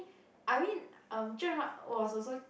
I mean um Zhen-Han was also